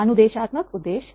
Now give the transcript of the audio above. अनुदेशात्मक उद्देश्य